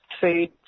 food